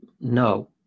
No